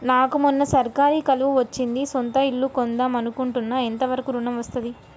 నాకు మొన్న సర్కారీ కొలువు వచ్చింది సొంత ఇల్లు కొన్దాం అనుకుంటున్నా ఎంత వరకు ఋణం వస్తది?